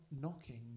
knocking